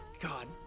God